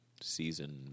season